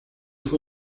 fue